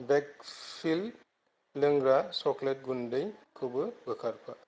Wakefield लोंग्रा chocolate गुन्दैखौबो बोखारफा